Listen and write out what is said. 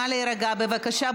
נא להירגע, בבקשה.